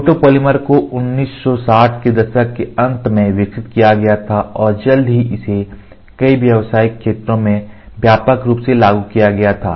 photopolymer को 1960 के दशक के अंत में विकसित किया गया था और जल्द ही इसे कई व्यावसायिक क्षेत्रों में व्यापक रूप से लागू किया गया था